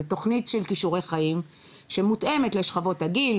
זו תוכנית של כישורי חיים שמותאמת לשכבות הגיל,